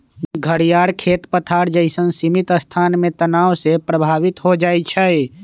घरियार खेत पथार जइसन्न सीमित स्थान में तनाव से प्रभावित हो जाइ छइ